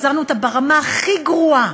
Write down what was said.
החזרנו אותה ברמה הכי גרועה,